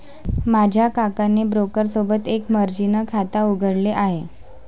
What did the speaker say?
माझ्या काकाने ब्रोकर सोबत एक मर्जीन खाता उघडले आहे